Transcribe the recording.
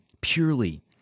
purely